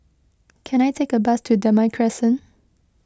can I take a bus to Damai Crescent